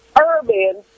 urban